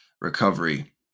recovery